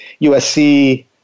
USC